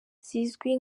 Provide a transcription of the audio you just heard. zizwi